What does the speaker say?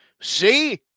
see